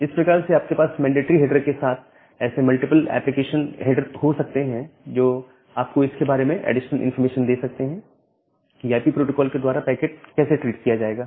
इस प्रकार से आपके पास मैंडेटरी हेडर के साथ ऐसे मल्टीपल एक्सटेंशन हेडर हो सकते हैं जो आपको इसके बारे में एडिशनल इंफॉर्मेशन दे सकते हैं कि आईपी प्रोटोकोल के द्वारा पैकेट कैसे ट्रीट किया जाएगा